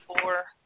four